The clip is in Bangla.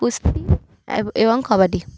কুস্তি এবং কবাডি